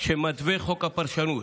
שמתווה חוק הפרשנות,